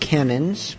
Cannons